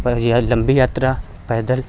पर यह लम्बी यात्रा पैदल